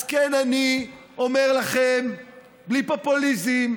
אז כן, אני אומר לכם בלי פופוליזם: